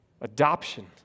Adoption